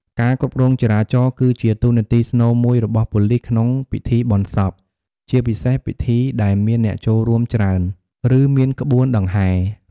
ការគ្រប់គ្រងចរាចរណ៍គឺជាតួនាទីស្នូលមួយរបស់ប៉ូលីសក្នុងពិធីបុណ្យសព ជាពិសេសពិធីដែលមានអ្នកចូលរួមច្រើន ឬមានក្បួនដង្ហែ។